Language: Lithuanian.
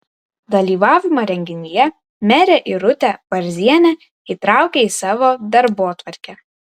dalyvavimą renginyje merė irutė varzienė įtraukė į savo darbotvarkę